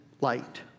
light